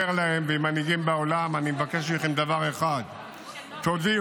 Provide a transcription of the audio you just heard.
אומר להם ולמנהיגים בעולם: אני מבקש מכם דבר אחד: תודיעו,